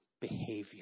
behavior